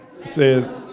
Says